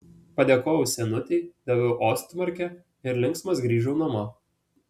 padėkojau senutei daviau ostmarkę ir linksmas grįžau namo